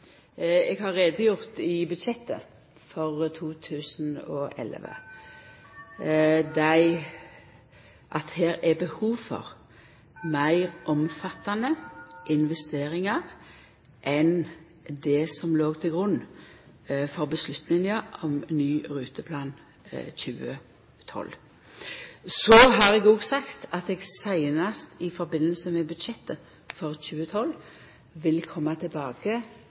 Eg har gjort greie for i budsjettet for 2011 at det er behov for meir omfattande investeringar enn det som låg til grunn for avgjerda om ein ny ruteplan 2012. Så har eg òg sagt at eg seinast i samband med budsjettet for 2012 vil koma tilbake